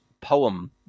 poem